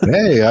Hey